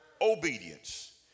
obedience